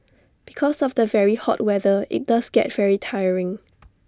because of the very hot weather IT does get very tiring